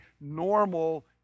normal